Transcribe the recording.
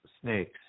snakes